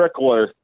trickler